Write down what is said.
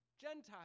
Gentiles